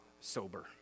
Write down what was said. sober